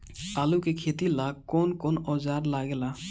आलू के खेती ला कौन कौन औजार लागे ला?